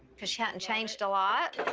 cause she hasn't changed a lot.